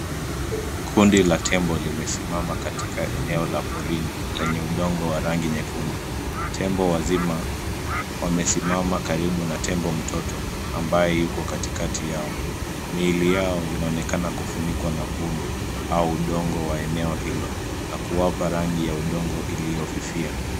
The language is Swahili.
Kundi la tembo limesimama katika eneo la porini lenye udongo wa rangi nyekundu. Tembo wazima wamesimama karibu na tembo mtoto, ambaye yuko katikati yao. Miili yao inaonekana kufunikwa na vumbi, au udongo wa eneo hilo na kuwapa rangi ya udongo iliyofifia.